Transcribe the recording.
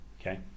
Okay